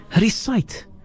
recite